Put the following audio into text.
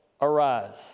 arise